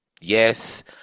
Yes